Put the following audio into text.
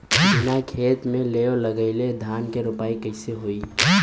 बिना खेत में लेव लगइले धान के रोपाई कईसे होई